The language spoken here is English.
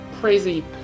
crazy